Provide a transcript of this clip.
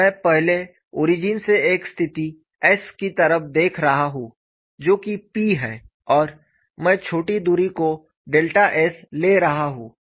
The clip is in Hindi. मैं पहले ओरिजिन से एक स्थिति s की तरफ देख रहा हूँ जो कि P है और मैं छोटी दुरी को Δs ले रहा हूँ